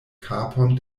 kapon